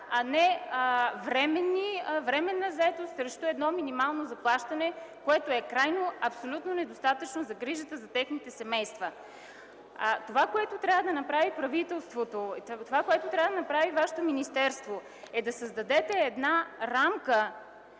а не временна заетост срещу едно минимално заплащане, което е абсолютно недостатъчно за грижите за техните семейства. Това, което трябва да направи правителството, което трябва да направи Вашето министерство, е да създадете една рамка